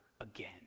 again